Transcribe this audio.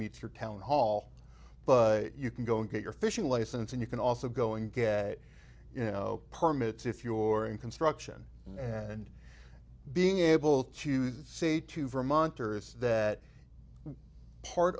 meets your town hall but you can go and get your fishing license and you can also going get you know permits if your in construction and being able to say to vermonters that part